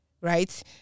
right